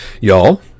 Y'all